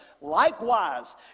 Likewise